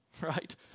right